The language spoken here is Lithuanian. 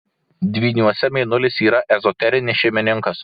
dvyniuose mėnulis yra ezoterinis šeimininkas